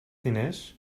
diners